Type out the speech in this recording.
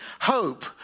hope